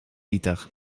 liter